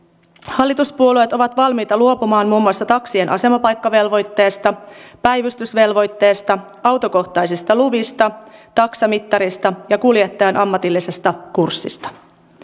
hallituspuolueet ovat valmiita luopumaan muun muassa taksien asemapaikkavelvoitteesta päivystysvelvoitteesta autokohtaisista luvista taksamittarista ja kuljettajan ammatillisesta kurssista